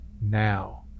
Now